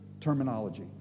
terminology